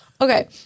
Okay